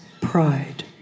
pride